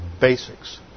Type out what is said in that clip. basics